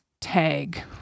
tag